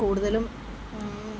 കൂടുതലും